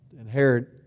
inherit